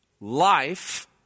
life